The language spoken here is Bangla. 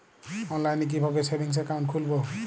অনলাইনে কিভাবে সেভিংস অ্যাকাউন্ট খুলবো?